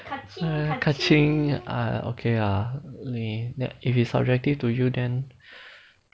kaching ah okay ah if it's subjective to you then